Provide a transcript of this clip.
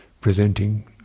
presenting